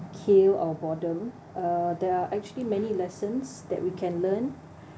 kill our boredom uh there are actually many lessons that we can learn